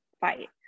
fight